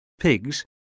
Pigs